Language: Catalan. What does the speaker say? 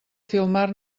filmar